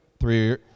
three